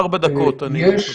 ארבע דקות, אני מקצר.